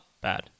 Bad